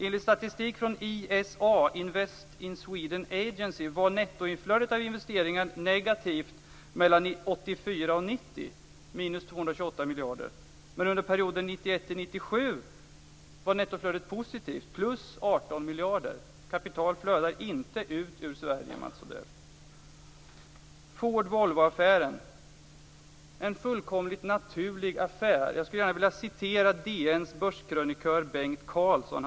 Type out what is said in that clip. Enligt statistik från 228 miljarder. Men under perioden 1991 till 1997 var nettoflödet positivt, plus 18 miljarder. Kapital flödar inte ut ur Sverige, Mats Odell. Så till Ford-Volvo-affären, en fullkomligt naturlig affär. Jag skulle gärna vilja referera till DN:s börskrönikör, Bengt Carlsson.